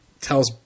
tells